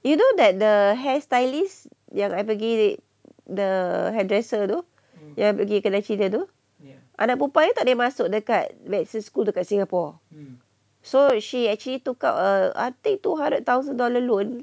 you know that the hair stylists yang I pergi the hairdresser tu yang pergi kedai cina tu anak perempuan dia tak boleh masuk dekat medicine school dekat singapore so she actually took out a I think two hundred thousand dollar loan